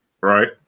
Right